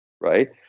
right